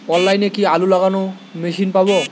অনলাইনে কি আলু লাগানো মেশিন পাব?